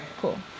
Cool